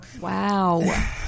Wow